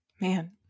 Man